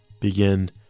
begin